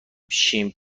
شیم